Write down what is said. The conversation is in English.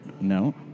No